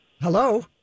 hello